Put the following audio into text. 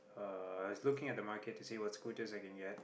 uh I was looking at the market to see what scooters I can get